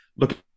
look